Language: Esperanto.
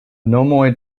nomoj